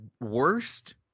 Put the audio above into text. worst